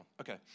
Okay